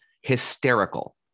hysterical